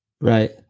Right